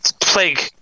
plague